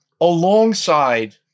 alongside